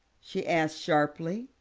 she asked sharply.